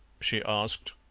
she asked.